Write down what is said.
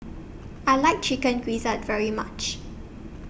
I like Chicken Gizzard very much